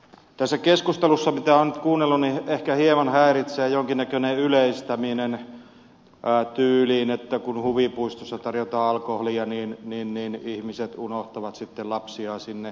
tässä keskustelussa mitä olen nyt kuunnellut ehkä hieman häiritsee jonkinnäköinen yleistäminen tyyliin että kun huvipuistossa tarjotaan alkoholia niin ihmiset unohtavat sitten lapsiaan sinne